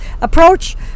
approach